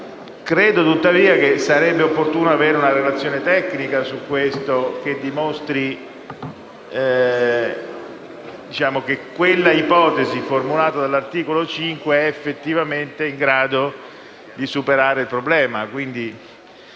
Credo, tuttavia, che sarebbe opportuno avere una relazione tecnica in proposito, che dimostri che l'ipotesi formulata dall'articolo 5 sia effettivamente in grado di superare il problema.